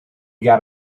got